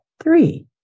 three